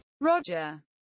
Roger